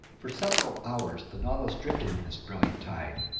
for several hours the nautilus drifted in this brilliant tide,